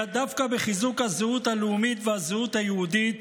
אלא דווקא בחיזוק הזהות הלאומית והזהות היהודית